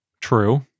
True